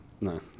No